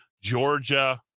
Georgia